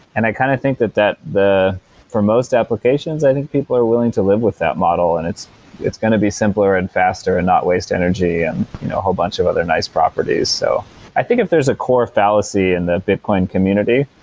i kind of think that that for most applications, i think people are willing to live with that model and it's it's going to be simpler and faster and not waste energy and a whole bunch of other nice properties so i think if there's a core fallacy in the bitcoin community,